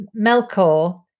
Melkor